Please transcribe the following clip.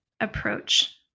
approach